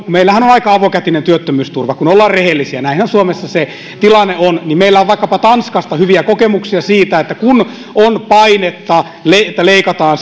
meillähän on on aika avokätinen työttömyysturva kun ollaan rehellisiä näinhän suomessa se tilanne on mutta meillä on maailmalta vaikkapa tanskasta erittäin hyviä kokemuksia siitä että kun on painetta että leikataan